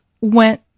went